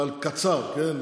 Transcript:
אבל קצר, כן?